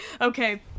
okay